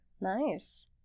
Nice